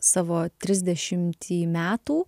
savo trisdešimtį metų